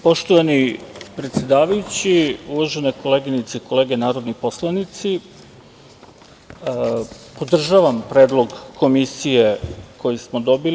Poštovani predsedavajući, uvažene koleginice i kolege narodni poslanici, podržavam predlog Komisije koju smo dobili.